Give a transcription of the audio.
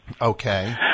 Okay